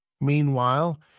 Meanwhile